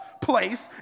place